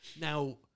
Now